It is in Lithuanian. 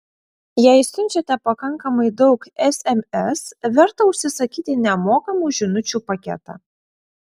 jei siunčiate pakankamai daug sms verta užsisakyti nemokamų žinučių paketą